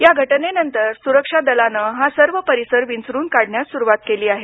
या घटनेनंतर सुरक्षा दलानं हा सर्व परिसर विंचरून काढण्यास सुरवात केली आहे